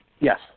Yes